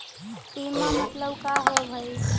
बीमा मतलब का होव हइ?